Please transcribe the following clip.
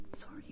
sorry